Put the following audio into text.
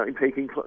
taking